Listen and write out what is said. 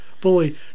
bully